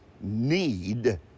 need